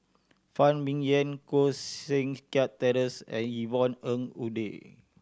Phan Ming Yen Koh Seng Kiat Terence and Yvonne Ng Uhde